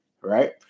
right